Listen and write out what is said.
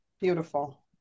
beautiful